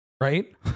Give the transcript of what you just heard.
right